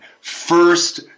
first